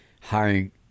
hiring